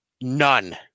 None